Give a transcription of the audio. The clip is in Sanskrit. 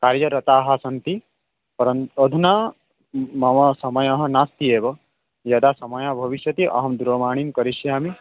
कार्यरताः सन्ति परन् अधुना मम समयः नास्ति एव यदा समयः भविष्यति अहं दूरवाणीं करिष्यामि